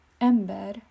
Ember